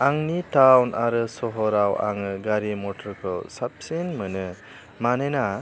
आंनि टाउन आरो सहराव आङो गारि मथरखौ साबसिन मोनो मानोना